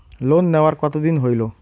Loan নেওয়ার কতদিন হইল?